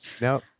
No